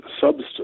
substance